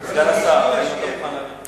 אם סגן השר אינו רוצה לקרוא את התשובה,